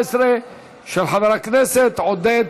59 מתנגדים, 43 בעד,